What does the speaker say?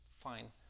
fine